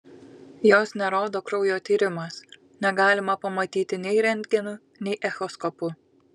jos nerodo kraujo tyrimas negalima pamatyti nei rentgenu nei echoskopu